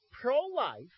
pro-life